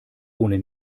ohne